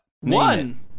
one